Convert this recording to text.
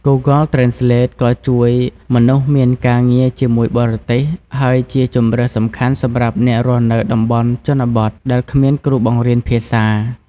Google Translate ក៏ជួយមនុស្សមានការងារជាមួយបរទេស ហើយជាជម្រើសសំខាន់សម្រាប់អ្នករស់នៅតំបន់ជនបទដែលគ្មានគ្រូបង្រៀនភាសា។